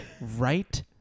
right